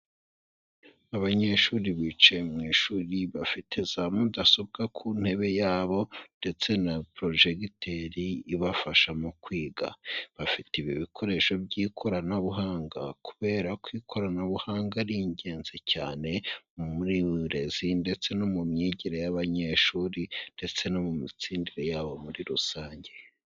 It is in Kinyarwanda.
Abanyeshuri bicaye mu ishuri, bafite za mudasobwa ku ntebe yabo ndetse na projegiteri ibafasha mu kwiga, bafite ibi ibikoresho by'ikoranabuhanga, kubera ko ikoranabuhanga ari ingenzi cyane muri uburezi, ndetse no mu myigire y'abanyeshuri, ndetse no mu mitsindire yabo muri rusange.